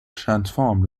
transformed